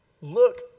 Look